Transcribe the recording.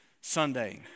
Sunday